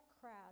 crowd